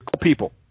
people